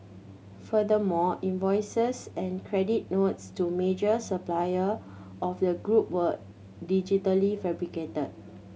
furthermore invoices and credit notes to a major supplier of the group were digitally fabricated